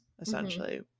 essentially